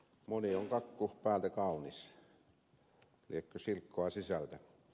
moni on kakku päältä kaunis liekö silkkoa sisältä